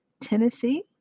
Tennessee